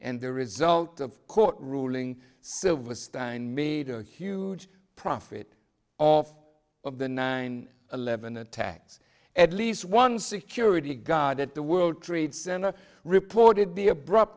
and the result of court ruling silverstein made a huge profit of of the nine eleven attacks at least one security guard at the world trade center reported be abrupt